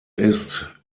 ist